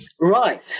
Right